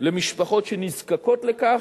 למשפחות שנזקקות לכך,